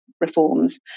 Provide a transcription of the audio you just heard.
reforms